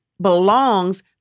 belongs